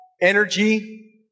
energy